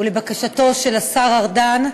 ולבקשתו של השר ארדן,